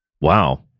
Wow